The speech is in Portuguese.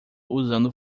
usando